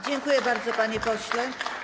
Dziękuję bardzo, panie pośle.